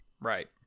Right